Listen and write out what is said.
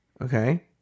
okay